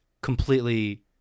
completely